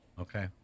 Okay